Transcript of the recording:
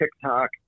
TikTok